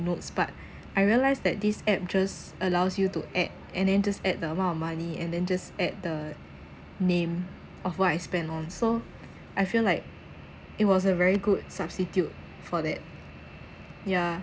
notes but I realised that this app just allows you to add and then just add the amount of money and then just add the name of what I spend on so I feel like it was a very good substitute for that yeah